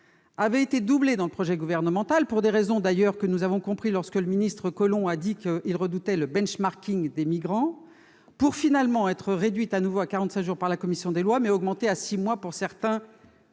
avait été doublée dans le projet de loi gouvernemental, pour des raisons que nous avons comprises lorsque le ministre Collomb a dit qu'il redoutait le des migrants, pour finalement être réduite de nouveau à 45 jours par la commission des lois, mais augmentée à six mois pour certains